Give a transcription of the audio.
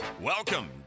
welcome